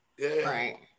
Right